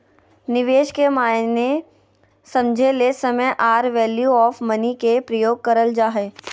निवेश के मायने समझे ले समय आर वैल्यू ऑफ़ मनी के प्रयोग करल जा हय